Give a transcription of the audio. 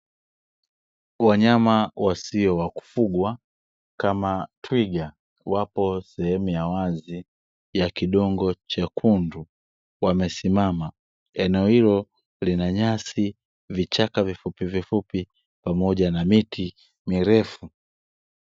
Wanyama wasio wa kufuga kama twiga wapo sehemu ya wazi ya kidongo chekundu wamesimama, eneo hilo lina nyasi vichaka vifupi vifupi pamoja na miti mirefu.